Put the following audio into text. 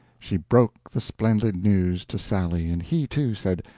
she broke the splendid news to sally, and he, too, said,